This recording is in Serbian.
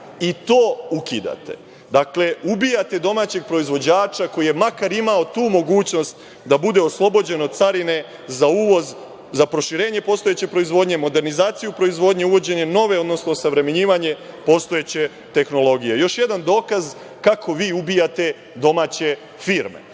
i to ukidate. Dakle, ubijate domaćeg proizvođača koji je makar imao tu mogućnost da bude oslobođen od carine za uvoz, za proširenje postojeće proizvodnje, modernizaciju proizvodnje, uvođenjem nove, odnosno osavremenjivanje postojeće tehnologije. To je još jedan dokaz kako vi ubijate domaće